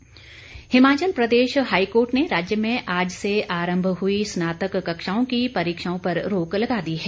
high court Himachal Pradesh high court ने राज्य में आज से आरंभ हुई स्नातक कक्षाओं की परीक्षाओं पर रोक लगा दी है